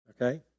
Okay